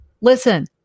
Listen